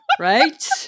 right